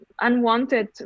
unwanted